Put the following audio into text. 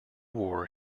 war